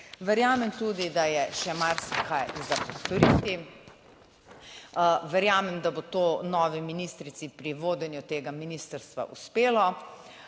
Verjamem tudi, da je še marsikaj za postoriti. Verjamem, da bo to novi ministrici pri vodenju tega ministrstva uspelo.